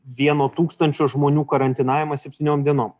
vieno tūkstančio žmonių karantinavimą septyniom dienom